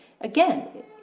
again